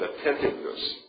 attentiveness